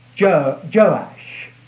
Joash